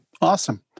Awesome